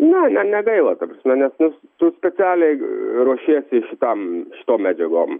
ne ne negaila ta prasme nes nu tu specialiai ruošiesi šitam šitom medžiagom